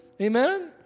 Amen